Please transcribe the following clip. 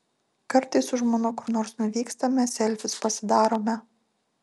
kartais su žmona kur nors nuvykstame selfius pasidarome